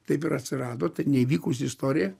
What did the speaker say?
taip ir atsirado tai neįvykusi istorija